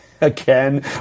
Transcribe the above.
again